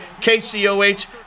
KCOH